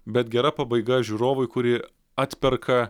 bet gera pabaiga žiūrovui kuri atperka